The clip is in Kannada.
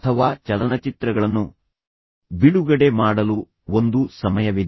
ಅಥವಾ ಚಲನಚಿತ್ರಗಳನ್ನು ಬಿಡುಗಡೆ ಮಾಡಲು ಒಂದು ಸಮಯವಿದೆ